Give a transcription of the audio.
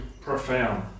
profound